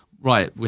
right